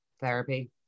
therapy